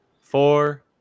four